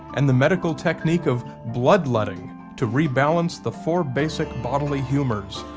and the medical technique of bloodletting to rebalance the four basic bodily humors.